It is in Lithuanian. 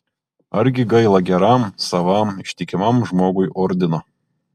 argi gaila geram savam ištikimam žmogui ordino